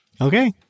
Okay